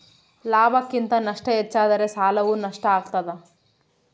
ಲಾಭಕ್ಕಿಂತ ನಷ್ಟ ಹೆಚ್ಚಾದರೆ ಸಾಲವು ನಷ್ಟ ಆಗ್ತಾದ